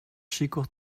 sikour